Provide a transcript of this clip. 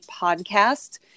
podcast